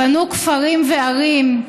בנו כפרים וערים,